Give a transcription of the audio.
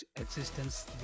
existence